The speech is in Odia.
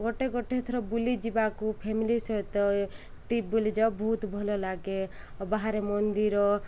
ଗୋଟେ ଗୋଟେ ଥର ବୁଲିଯିବାକୁ ଫ୍ୟାମିଲି ସହିତ ଟ୍ରିପ୍ ବୁଲିଯାଉ ବହୁତ ଭଲ ଲାଗେ ବାହାରେ ମନ୍ଦିର